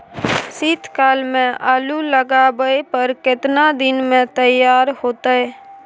शीत काल में आलू लगाबय पर केतना दीन में तैयार होतै?